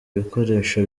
ibikoresho